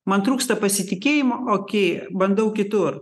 man trūksta pasitikėjimo okei bandau kitur